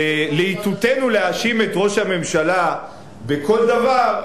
בלהיטותנו להאשים את ראש הממשלה בכל דבר,